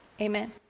Amen